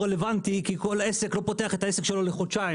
רלוונטיים כי עסק לא פתוח את העסק שלו לחודשיים.